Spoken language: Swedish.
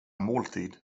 måltid